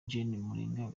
gen